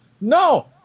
No